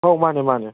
ꯑꯧ ꯃꯥꯅꯦ ꯃꯥꯅꯦ